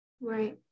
right